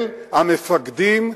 אל המפקדים.